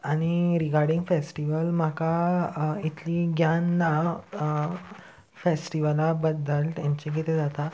आनी regarding festival म्हाका इतली ज्ञान ना फेस्टिवला बद्दल तेंचे कितें जाता